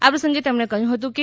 આ પ્રસંગે તેમણે કહ્યું હતું કે